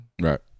Right